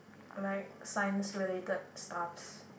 like science related stuffs